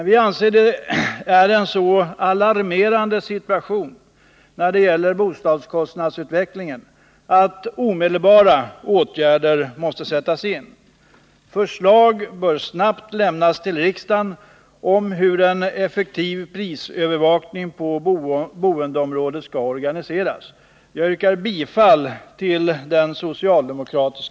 Vi anser att situationen när det gäller bostadskostnadsutvecklingen är så alarmerande, att omedelbara åtgärder måste sättas in. Förslag bör snabbt lämnas till riksdagen om hur en effektiv prisövervakning på boendeområdet skall organiseras. Jag yrkar bifall till den socialdemokratisk